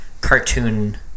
cartoon